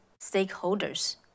stakeholders